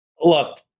Look